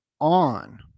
on